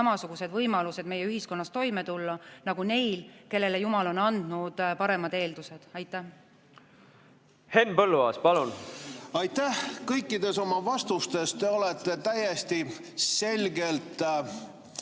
samasugused võimalused meie ühiskonnas toime tulla nagu neil, kellele jumal on andnud paremad eeldused. Henn Põlluaas, palun! Henn Põlluaas, palun! Aitäh! Kõikides oma vastustes te olete täiesti selgelt